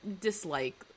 dislike